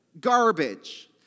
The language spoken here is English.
garbage